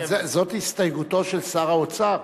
אבל זאת הסתייגותו של שר האוצר.